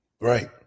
Right